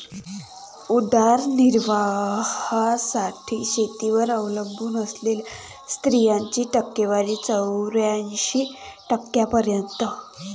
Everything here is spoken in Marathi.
उदरनिर्वाहासाठी शेतीवर अवलंबून असलेल्या स्त्रियांची टक्केवारी चौऱ्याऐंशी टक्क्यांपर्यंत